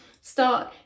start